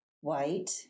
white